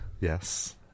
Yes